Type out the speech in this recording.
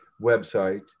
website